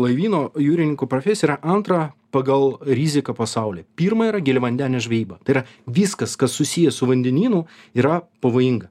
laivyno jūrininko profesija yra antra pagal riziką pasaulyje pirma yra giliavandenė žvejyba tai yra viskas kas susiję su vandenynu yra pavojinga